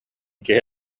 киһи